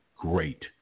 great